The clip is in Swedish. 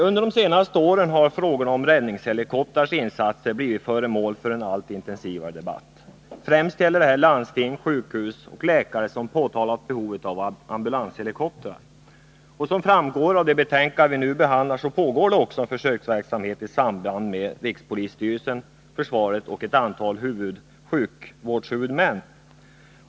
Under de senaste åren har frågor om räddningshelikoptrars insatser blivit föremål för en allt intensivare debatt. Främst är det landsting, sjukhus och läkare som påtalar behovet av ambulanshelikoptrar. Som framgår av det betänkande vi nu behandlar pågår det också en försöksverksamhet i samarbete med rikspolisstyrelsen, försvaret och ett antal sjukvårdshuvudmän.